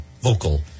vocal